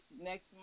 next